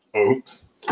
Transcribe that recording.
Oops